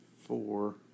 four